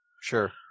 Sure